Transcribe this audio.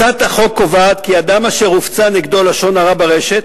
הצעת החוק קובעת כי אדם אשר הופצה נגדו לשון הרע ברשת